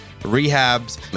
rehabs